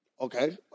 Okay